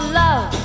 love